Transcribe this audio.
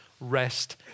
Rest